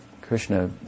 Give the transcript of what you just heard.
Krishna